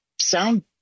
sound